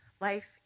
Life